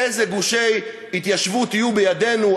איזה גושי התיישבות יהיו בידינו,